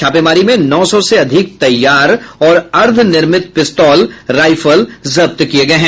छापेमारी में नौ सौ से अधिक तैयार और अर्धनिर्मित पिस्तौल राइफल जब्त किये गये हैं